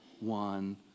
One